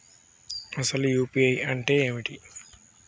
అసలు యూ.పీ.ఐ అంటే ఏమిటి?